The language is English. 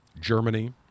Germany